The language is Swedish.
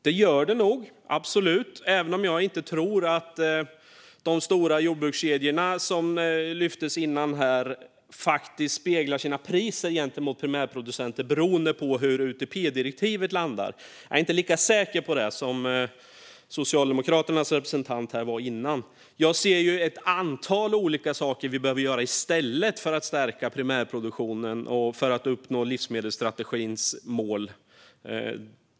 Det gör det nog - absolut - även om jag inte tror att de stora jordbrukskedjorna, vilket lyftes tidigare, faktiskt speglar sina priser gentemot primärproducenter beroende på hur UTP-direktivet landar. Jag är inte lika säker på det som Socialdemokraternas representant var. Jag ser ett antal olika saker vi i stället behöver göra för att stärka primärproduktionen och för att uppnå livsmedelsstrategins mål.